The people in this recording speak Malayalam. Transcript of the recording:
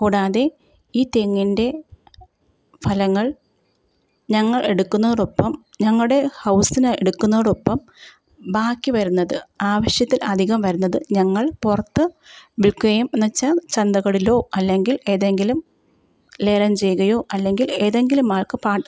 കൂടാതെ ഈ തെങ്ങിൻ്റെ ഫലങ്ങൾ ഞങ്ങൾ എടുക്കുന്നതോടൊപ്പം ഞങ്ങളുടെ ഹൗസിന് എടുക്കുന്നതോടൊപ്പം ബാക്കി വരുന്നത് ആവശ്യത്തിൽ അധികം വരുന്നത് ഞങ്ങൾ പുറത്ത് വിൽക്കുകയും എന്നുവെച്ചാൽ ചന്തകളിലോ അല്ലെങ്കിൽ ഏതെങ്കിലും ലേലം ചെയ്യുകയോ അല്ലെങ്കിൽ ഏതെങ്കിലും ആൾക്ക് പാട്ടം